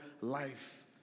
life